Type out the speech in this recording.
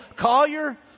Collier